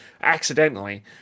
accidentally